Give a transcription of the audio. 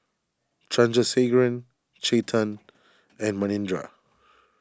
Chandrasekaran Chetan and Manindra